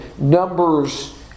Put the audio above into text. Numbers